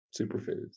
superfoods